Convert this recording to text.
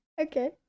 Okay